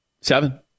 Seven